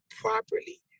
properly